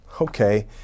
Okay